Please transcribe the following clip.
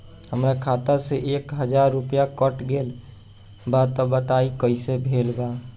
हमार खाता से एक हजार रुपया कट गेल बा त कइसे भेल बा?